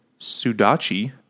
sudachi